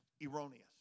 erroneous